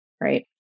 right